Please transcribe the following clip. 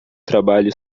trabalho